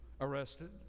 arrested